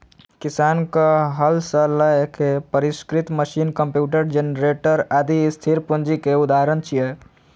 किसानक हल सं लए के परिष्कृत मशीन, कंप्यूटर, जेनरेटर, आदि स्थिर पूंजी के उदाहरण छियै